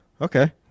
Okay